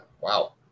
Wow